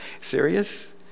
Serious